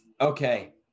Okay